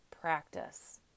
practice